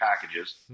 packages